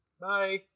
Bye